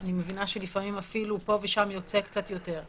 ואני מבינה שלפעמים אפילו יוצא קצת יותר.